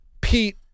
Pete